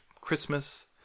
Christmas